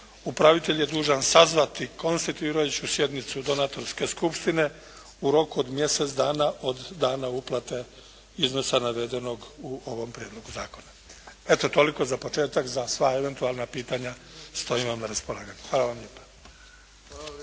Upravitelj je dužan sazvati konstituirajuću sjednicu donatorske skupštine u roku od mjesec dana od dana uplate iznosa navedenog u ovom Prijedlogu zakona. Eto toliko za početak. Za sva eventualna pitanja stojim vam na raspolaganju. Hvala vam lijepa.